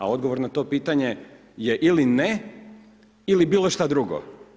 A odgovor na to pitanje je ili ne ili bilo šta drugo.